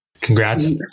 Congrats